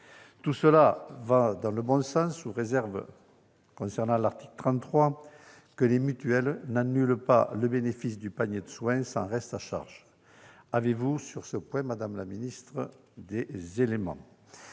Tout cela va dans le bon sens, sous réserve, concernant l'article 33, que les mutuelles n'annulent pas le bénéfice du panier de soins sans reste à charge. Avez-vous des éléments sur ce point, madame la ministre ? Enfin,